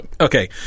Okay